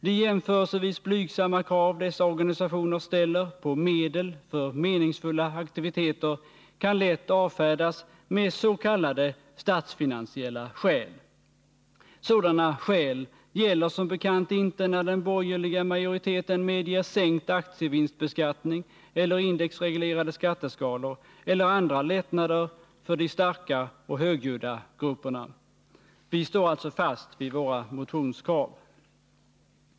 De jämförelsevis blygsamma krav dessa organisationer ställer på medel för meningsfulla aktiviteter kan lätt avfärdas med s.k. statsfinansiella skäl. Sådana skäl gäller som bekant inte när den borgerliga majoriteten medger sänkt aktievinstbeskattning, indexreglerade skatteskalor eller andra lättnader för de starka och högljudda grupperna. Vi står alltså fast vid våra motionskrav.